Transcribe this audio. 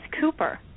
Cooper